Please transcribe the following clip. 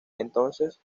entonces